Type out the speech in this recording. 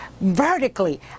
vertically